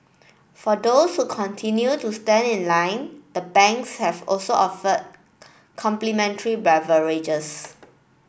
for those who continue to stand in line the banks have also offer complimentary beverages